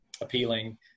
appealing